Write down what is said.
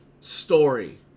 story